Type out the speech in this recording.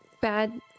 bad